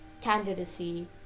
candidacy